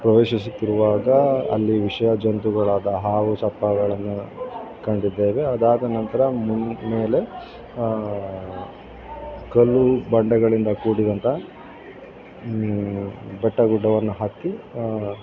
ಪ್ರವೇಶಿಸುತ್ತಿರುವಾಗ ಅಲ್ಲಿ ವಿಷ ಜಂತುಗಳಾದ ಹಾವು ಸರ್ಪಗಳನ್ನು ಕಂಡಿದ್ದೇವೆ ಅದಾದ ನಂತರ ಮುನ್ ಮೇಲೆ ಕಲ್ಲು ಬಂಡೆಗಳಿಂದ ಕೂಡಿದಂಥ ಬೆಟ್ಟ ಗುಡ್ಡವನ್ನು ಹತ್ತಿ